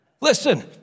Listen